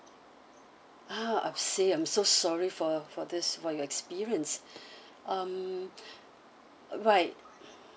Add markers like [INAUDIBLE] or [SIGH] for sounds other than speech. ah I see I'm so sorry for for this what you experienced [BREATH] um right